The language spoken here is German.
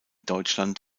deutschland